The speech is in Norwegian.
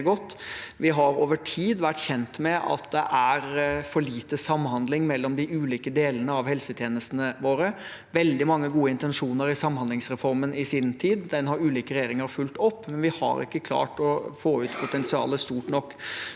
Vi har over tid vært kjent med at det er for lite samhandling mellom de ulike delene av helsetjenestene våre. Det var veldig mange gode intensjoner i samhandlingsreformen i sin tid. Den har ulike regjeringer fulgt opp, men vi har ikke klart å få ut potensialet godt nok.